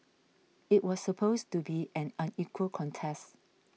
it was supposed to be an unequal contest